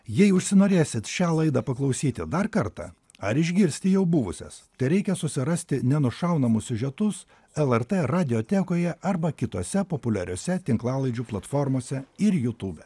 jei užsinorėsit šią laidą paklausyti dar kartą ar išgirsti jau buvusias tereikia susirasti nenušaunamus siužetus lrt radiotekoje arba kitose populiariose tinklalaidžių platformose ir jutube